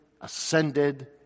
ascended